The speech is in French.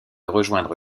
rejoindre